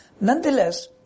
Nonetheless